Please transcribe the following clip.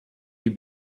you